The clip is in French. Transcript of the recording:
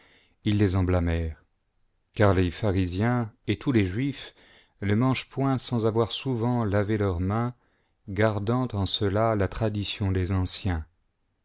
ils les èrent car les pharisiens et tous les juifs ne mangent point sans avoir souvent lavé leurs mains gardant en cela la tradition des anciens